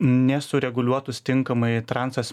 nesureguliuotus tinkamai transas